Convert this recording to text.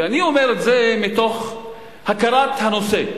ואני אומר את זה מתוך הכרת הנושא,